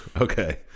okay